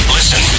Listen